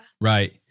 Right